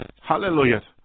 Hallelujah